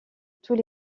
tous